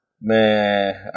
Man